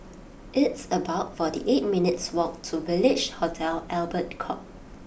it's about forty eight minutes' walk to Village Hotel Albert Court